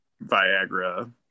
Viagra